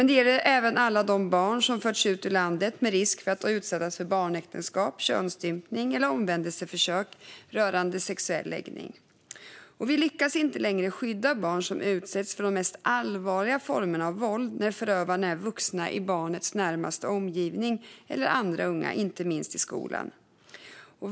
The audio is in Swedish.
Det gäller även alla de barn som förts ut ur landet med risk att utsättas för barnäktenskap, könsstympning eller omvändelseförsök rörande sexuell läggning. Vi lyckas inte längre skydda barn som utsätts för de mest allvarliga formerna av våld när förövarna är vuxna i barnets närmaste omgivning eller andra unga inte minst i skolan.